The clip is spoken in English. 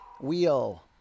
Wheel